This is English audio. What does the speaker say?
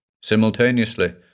Simultaneously